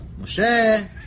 Moshe